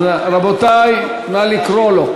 אז, רבותי, נא לקרוא לו.